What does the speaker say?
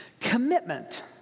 Commitment